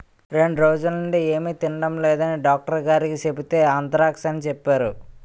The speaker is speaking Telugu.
రెండ్రోజులనుండీ ఏమి తినడం లేదని డాక్టరుగారికి సెబితే ఆంత్రాక్స్ అని సెప్పేరు